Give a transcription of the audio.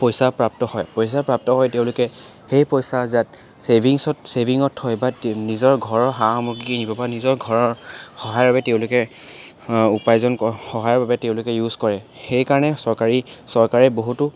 পইচা প্ৰাপ্ত হয় পইচা প্ৰাপ্ত হৈ তেওঁলোকে সেই পইচা যা ছেভিংছত ছেভিংত থয় বা নিজৰ ঘৰৰ সা সামগ্ৰী কিনিব বা নিজৰ ঘৰৰ সহায়ৰ বাবে তেওঁলোকে উপাৰ্জন সহায়ৰ বাবে তেওঁলোকে ইউজ কৰে সেইকাৰণে চৰকাৰী চৰকাৰে বহুতো